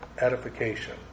edification